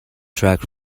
track